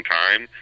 time